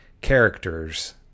characters